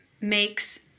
makes